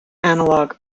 analogue